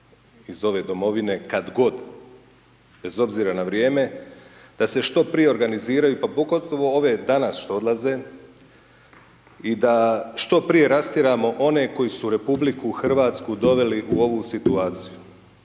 iz ove domovine, kada god, bez obzira na vrijeme, da se što prije organiziraju, pa pogotovo ove danas što odlaze i da što prije rastjeramo one koji su RH doveli u ovu situaciji,